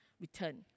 return